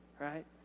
right